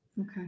Okay